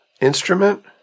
instrument